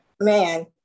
man